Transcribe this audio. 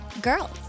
girls